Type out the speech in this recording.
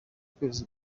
kwezi